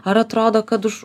ar atrodo kad už